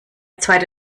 zweite